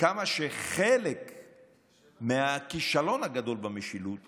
כמה שחלק מהכישלון הגדול במשילות